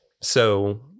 So-